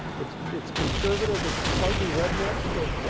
it's it's conservative. it's slightly redneck. it's